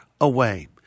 away